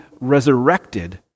resurrected